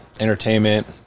entertainment